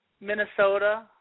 Minnesota